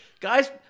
Guys